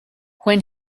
when